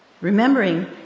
Remembering